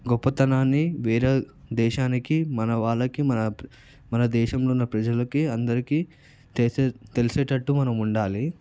గొప్పతనాన్ని వేరే దేశానికి మన వాళ్ళకి మన మన దేశంలో ఉన్న ప్రజలకి అందరికీ తెలిసే తెలిసేటట్టు మనం ఉండాలి